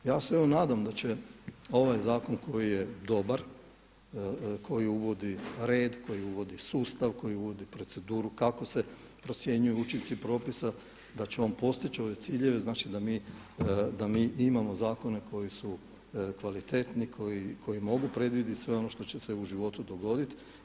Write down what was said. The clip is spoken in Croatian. Ja se evo nadam da će ovaj zakon koji je do dobar, koji uvodi red, koji uvodi sustav, koji uvodi proceduru kako se procjenjuju učinci propisa da će on postići ove ciljeve znači da mi imamo zakone koji su kvalitetni, koji mogu predvidjeti sve ono što će se u životu dogoditi.